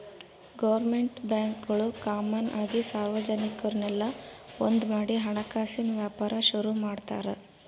government ಬ್ಯಾಂಕ್ಗುಳು common ಆಗಿ ಸಾರ್ವಜನಿಕುರ್ನೆಲ್ಲ ಒಂದ್ಮಾಡಿ ಹಣಕಾಸಿನ್ ವ್ಯಾಪಾರ ಶುರು ಮಾಡ್ತಾರ